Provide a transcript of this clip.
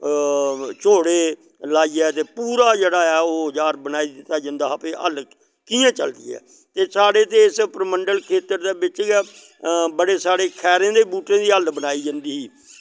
चोह्ड़े लाईयै ते पूरा जेह्ड़े ऐ ओह् औज़ार बनाई दित्ता जंदा हा भाई हल्ल कियां चलदी ऐ ते साढ़े इस परमंडल खेत्तर दै बिच्च गै बड़े सारे खैरें दे बूह्टें दी हल्ल बनाई जंदी ही